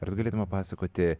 ar tu galėtum papasakoti